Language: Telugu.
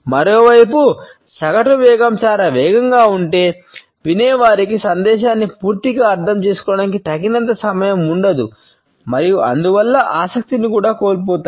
మరోవైపు సగటు వేగం చాలా వేగంగా ఉంటే వినేవారికి సందేశాన్ని పూర్తిగా అర్థం చేసుకోవడానికి తగినంత సమయం ఉండదు మరియు అందువల్ల ఆసక్తిని కూడా కోల్పోతారు